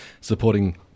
supporting